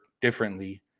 differently